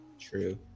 True